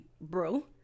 bro